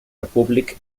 republic